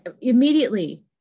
immediately